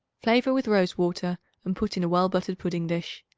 flavor with rose-water and put in a well-buttered pudding-dish.